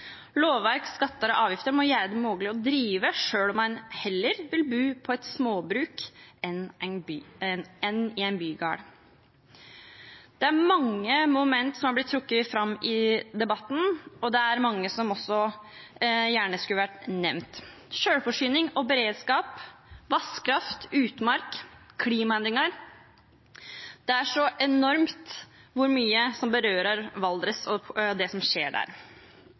Lovverk, skatter og avgifter må gjøre det mulig å drive selv om en heller vil bo på et småbruk enn i en bygård. Mange momenter har blitt trukket fram i debatten, men det er også mange som gjerne skulle vært nevnt. Selvforsyning og beredskap, vannkraft, utmark, klimaendringer – det er så enormt mye som berører Valdres og det som skjer der.